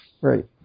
Right